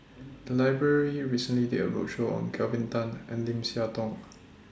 The Library recently did A roadshow on Kelvin Tan and Lim Siah Tong